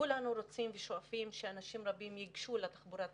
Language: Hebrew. כולנו רוצים ושואפים שאנשים רבים ייגשו לתחבורה הציבורית.